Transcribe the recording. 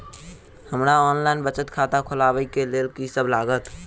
हमरा ऑनलाइन बचत खाता खोलाबै केँ लेल की सब लागत?